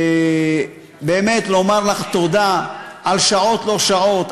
באמת לומר לך תודה על שעות-לא-שעות,